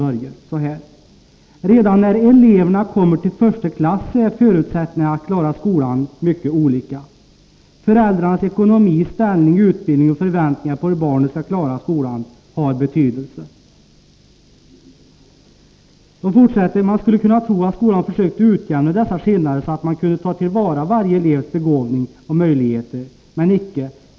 Jag citerar följande: ”Redan när eleverna kommer till första klass är förutsättningarna att klara skolan mycket olika. Föräldrarnas ekonomi, ställning, utbildning och förväntningar på hur barnet ska klara skolan har betydelse. Man skulle tro att skolan försökte utjämna dessa skillnader, så att man kunde ta tillvara varje elevs begåvning och möjligheter. Men icke.